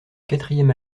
quatrième